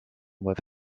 with